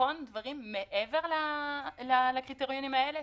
לבחון דברים מעבר לקריטריונים האלה?